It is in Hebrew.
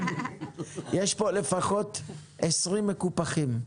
יש פה לפחות 20 מקופחים.